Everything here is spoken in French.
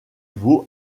vaut